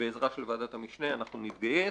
בעזרה של ועדת המשנה, אנחנו נתגייס.